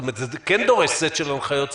זאת אומרת, זה כן דורש סט של הנחיות ספציפיות.